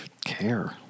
Care